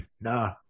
Nah